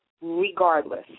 regardless